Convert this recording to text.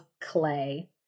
clay